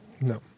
No